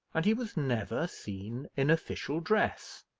and he was never seen in official dress.